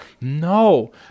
No